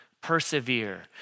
persevere